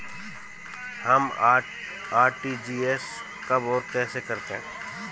हम आर.टी.जी.एस कब और कैसे करते हैं?